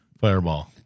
fireball